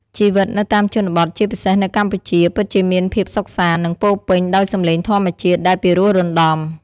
ជីវិតនៅតាមជនបទ ជាពិសេសនៅកម្ពុជា ពិតជាមានភាពសុខសាន្ត និងពោរពេញដោយសំឡេងធម្មជាតិដែលពិរោះរណ្ដំ។